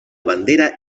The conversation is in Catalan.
bandera